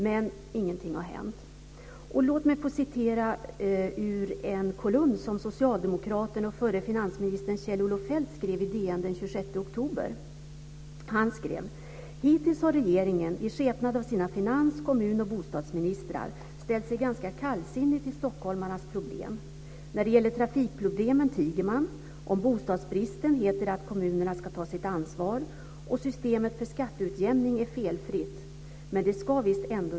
Men ingenting har hänt. Låt mig få citera ur en kolumn som socialdemokraten och förre finansministern Kjell-Olof Feldt skrev i DN den 26 oktober: "Hittills har regeringen, i skepnad av sina finans-, kommun och bostadsministrar, ställt sig ganska kallsinnig till stockholmarnas klagomål. När det gäller trafikproblemen tiger man, om bostadsbristen heter det att kommunerna ska ta sitt ansvar och systemet för skatteutjämning är felfritt .